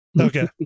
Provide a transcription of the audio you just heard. Okay